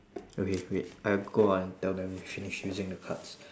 okay wait I go out and tell them we finish using the cards